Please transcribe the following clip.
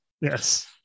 yes